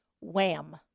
wham